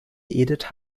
edith